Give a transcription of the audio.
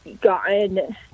Gotten